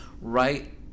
right